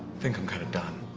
think i'm kind of done.